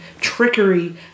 trickery